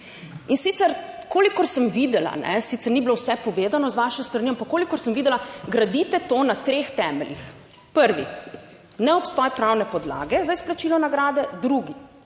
In sicer, kolikor sem videla, sicer ni bilo vse povedano z vaše strani, ampak kolikor sem videla gradite to na treh temeljih. Prvi. Neobstoj pravne podlage za izplačilo nagrade. Drugi,